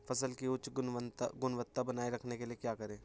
फसल की उच्च गुणवत्ता बनाए रखने के लिए क्या करें?